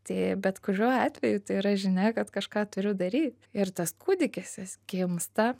tai bet kuriuo atveju tai yra žinia kad kažką turiu daryt ir tas kūdikis jis gimsta